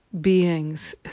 beings